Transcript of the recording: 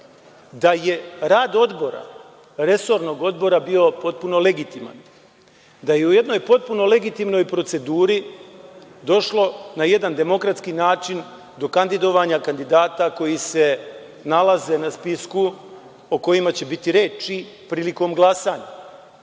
da je rad odbora, resornog odbora bio potpuno legitiman. Da je u jednoj potpuno legitimnoj proceduri došlo na jedan demokratski način do kandidovanja kandidata, koji se nalaze na spisku o kojima će biti reči prilikom glasanja,